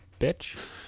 bitch